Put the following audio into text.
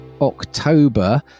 October